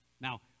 Now